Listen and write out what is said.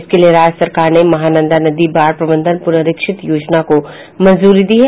इसके लिए राज्य सरकार ने महानंदा नदी बाढ़ प्रबंधन पुनरीक्षित योजना को मंजूरी दी है